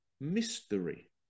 mystery